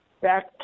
back